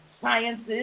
sciences